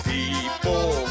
People